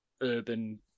urban